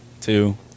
two